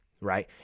right